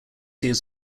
years